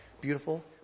beautiful